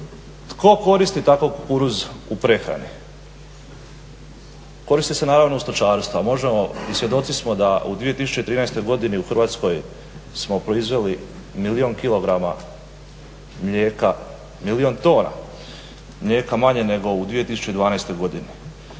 tko koristi takov kukuruz u prehrani? Koristi se naravno u stočarstvu, a možemo i svjedoci smo da u 2013. godini u Hrvatskoj smo proizveli milijun kilograma mlijeka, milijun tona mlijeka manje nego u 2012. godini.